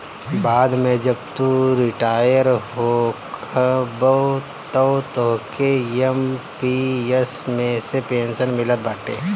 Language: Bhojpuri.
बाद में जब तू रिटायर होखबअ तअ तोहके एम.पी.एस मे से पेंशन मिलत बाटे